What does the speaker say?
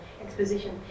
exposition